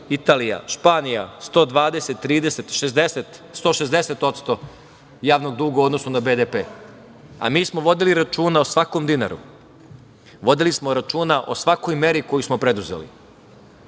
Italija, Španija 120, 130, 160% javnog duga u odnosu na BDP, a mi smo vodili računa o svakom dinaru. Vodili smo računa o svakoj meri koju smo preduzeli,